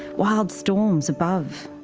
wild storms above,